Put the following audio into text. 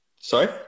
Sorry